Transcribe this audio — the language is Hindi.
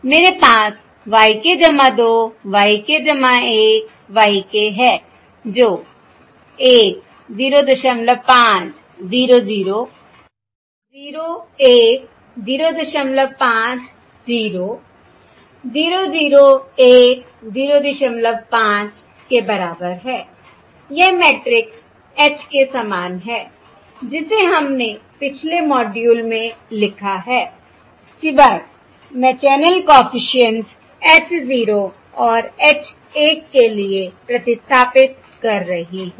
मेरे पास y k 2 y k 1 y k है जो 1 05 0 0 0 1 05 0 0 0 1 और 05 के बराबर है यह मैट्रिक्स H के समान है जिसे हमने पिछले मॉड्यूल में लिखा है सिवाय मैं चैनल कॉफिशिएंट्स h 0 और h 1 के लिए प्रतिस्थापित कर कर रही हूं